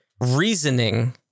reasoning